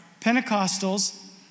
Pentecostals